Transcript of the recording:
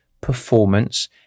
performance